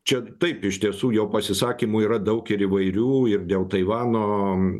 čia taip iš tiesų jo pasisakymų yra daug ir įvairių ir dėl taivano